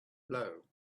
blow